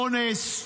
אונס,